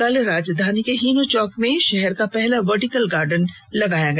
कल राजधानी के हिनू चौक में शहर पहला वर्टिकल गार्डन लगाया गया